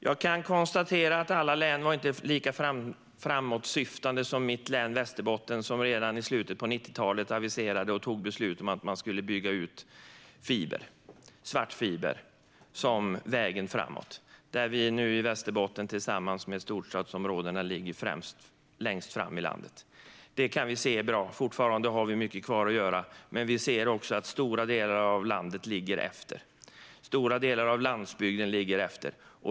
Jag kan konstatera att alla län inte var lika framåtsyftande som mitt hemlän Västerbottens län som redan i slutet på 90-talet aviserade och fattade beslut om att man skulle bygga ut svartfiber som vägen framåt. Vi i Västerbotten, tillsammans med storstadsområdena, ligger nu längst fram i landet. Det kan vi se är bra. Men fortfarande har vi mycket kvar att göra. Vi ser att stora delar av landet och landsbygden ligger efter.